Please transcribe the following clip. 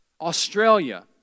Australia